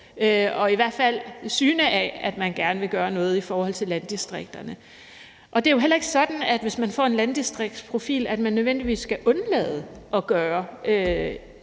og i hvert fald syne af, at man gerne vil gøre noget for landdistrikterne. Det er jo heller ikke sådan, hvis man får en landdistriktsprofil, at man nødvendigvis skal undlade at gøre